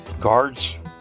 guards